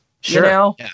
Sure